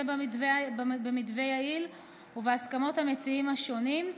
במתווה יעיל ובהסכמות המציעים השונים.